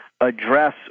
address